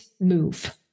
move